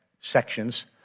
sections